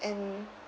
and